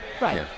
Right